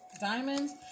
diamonds